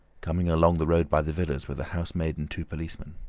coming along the road by the villas were the housemaid and two policemen.